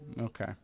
Okay